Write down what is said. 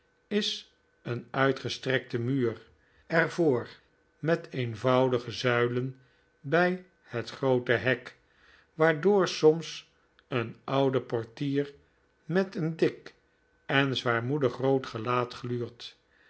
is een uitgestrekte muur er voor met eenvoudige zuilen bij het groote hek waardoor soms een oude portier met een dik en zwaarmoedig rood gelaat gluurt